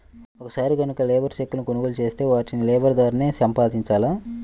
ఒక్కసారి గనక లేబర్ చెక్కులను కొనుగోలు చేత్తే వాటిని లేబర్ ద్వారానే సంపాదించాల